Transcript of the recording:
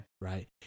Right